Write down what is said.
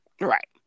Right